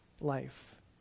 life